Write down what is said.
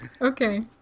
Okay